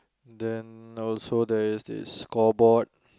then also there is this call board